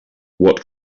what